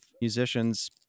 musicians